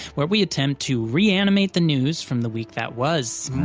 where we attempt to reanimate the news from the week that was.